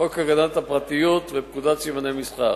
חוק הגנת הפרטיות ופקודת סימני מסחר.